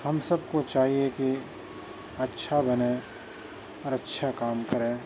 ہم سب کو چاہیے کہ اچھا بنیں اور اچھے کام کریں